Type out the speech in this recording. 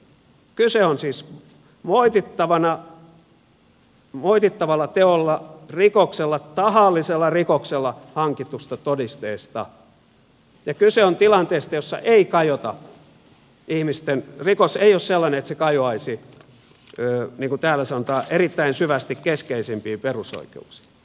kyse on siis moitittavalla teolla rikoksella tahallisella rikoksella hankitusta todisteesta ja kyse on tilanteesta jossa rikos ei ole sellainen että se kajoaisi niin kuin täällä sanotaan erittäin syvästi keskeisimpiin perusoikeuksiin